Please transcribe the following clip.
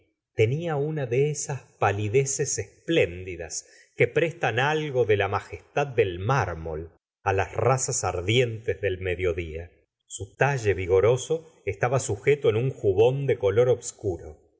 tenia una de esas palideces espléndidas que prestan algo de la majestad del mármol á las razas ardientes del mediocia su talle vigoroso estaba sujeto en un jabón de color obscur